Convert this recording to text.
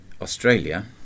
Australia